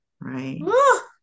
right